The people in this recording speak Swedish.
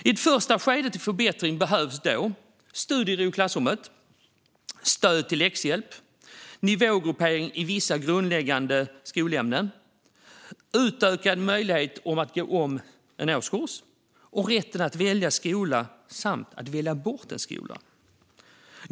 I ett första skede till förbättring behövs studiero i klassrummen, stöd till läxhjälp, nivågruppering i vissa grundläggande skolämnen, utökad möjlighet att gå om en årskurs och rätt att välja skola samt välja bort en skola.